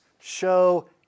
show